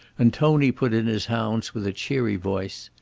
and tony put in his hounds with a cheery voice.